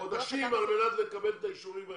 חודשים על מנת לקבל את האישורים האלה.